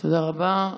תודה רבה.